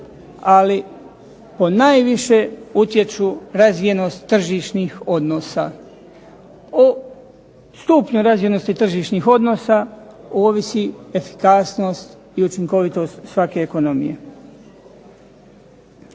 ali ponajviše utječu razvijenost tržišnih odnosa. O stupnju razvijenosti tržišnih odnosa ovisi efikasnost i učinkovitost svake ekonomije.